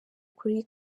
ukuri